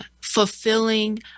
fulfilling